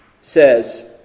says